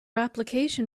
application